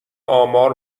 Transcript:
آمار